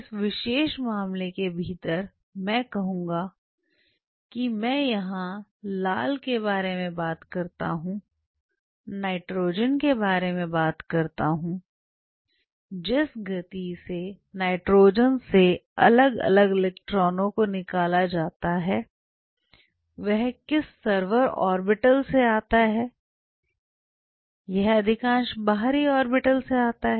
इस विशेष मामले के भीतर मैं कहता हूं कि मैं यहां लाल के बारे में बात करता हूं नाइट्रोजन के बारे में बात करता हूं जिस गति से नाइट्रोजन से अलग अलग इलेक्ट्रॉनों को निकाला जाता है वह किस सर्वर ऑर्बिटल से आता है यह अधिकांश बाहरी ऑर्बिटल से आता है